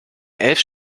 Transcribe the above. elf